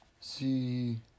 see